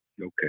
Okay